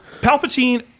Palpatine